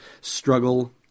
struggle